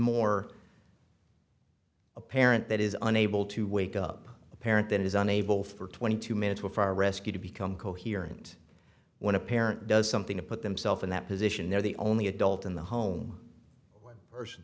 more apparent that is unable to wake up a parent that is unable for twenty two minutes before rescue to become coherent when a parent does something to put themself in that position they're the only adult in the home where person